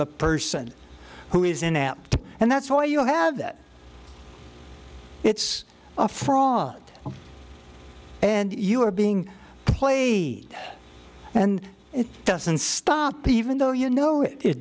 the person who is inept and that's why you have that it's a fraud and you are being played and it doesn't stop even though you know it it